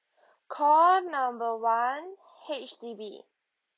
call number one H_D_B